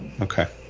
Okay